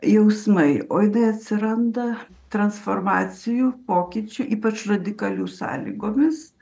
jausmai o i tai atsiranda transformacijų pokyčių ypač radikalių sąlygomis